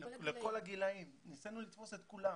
לכל הגילאים, ניסינו לתפוס את כולם